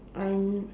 I'm